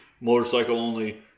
motorcycle-only